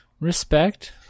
Respect